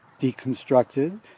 deconstructed